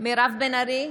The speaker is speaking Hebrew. מירב בן ארי,